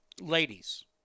ladies